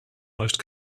most